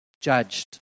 judged